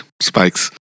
spikes